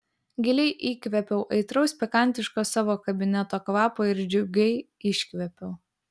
giliai įkvėpiau aitraus pikantiško savo kabineto kvapo ir džiugiai iškvėpiau